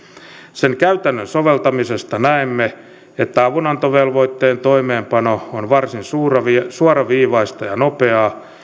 sen käytännön soveltamisesta näemme että avunantovelvoitteen toimeenpano on varsin suoraviivaista suoraviivaista ja nopeaa